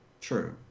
True